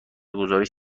گزارش